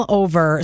over